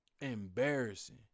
Embarrassing